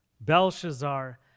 Belshazzar